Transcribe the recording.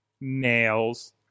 Nails